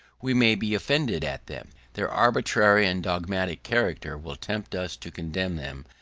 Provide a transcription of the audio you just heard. we may be offended at them. their arbitrary and dogmatic character will tempt us to condemn them,